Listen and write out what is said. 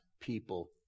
people